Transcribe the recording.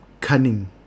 cunning